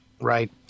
Right